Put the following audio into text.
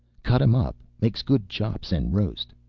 cut him up, makes good chops and roast.